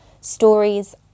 stories